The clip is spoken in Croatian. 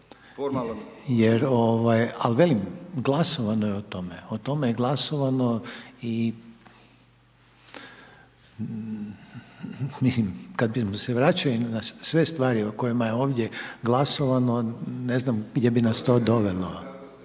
ovaj, al velim glasovano je o tome, o tome je glasovano i mislim kad bi se vraćali na sve stvari o kojima je ovdje glasovano, ne znam gdje bi nas to dovelo.